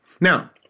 Now